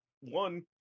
one